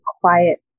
quiet